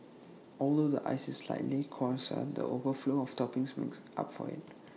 although the ice is slightly coarser the overflow of toppings makes up for IT